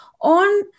on